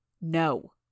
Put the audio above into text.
No